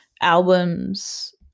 albums